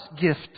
gift